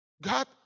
God